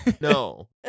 No